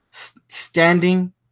standing